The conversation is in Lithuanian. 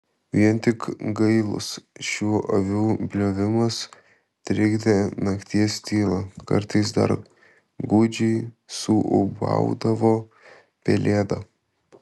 vien tik gailus šių avių bliovimas trikdė nakties tylą kartais dar gūdžiai suūbaudavo pelėda